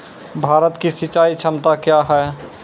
भारत की सिंचाई क्षमता क्या हैं?